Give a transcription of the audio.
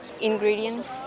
ingredients